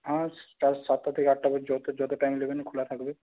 হ্যাঁ সাতটা থেকে আটটা পর্যন্ত যত টাইম নেবেন খোলা থাকবে